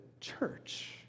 church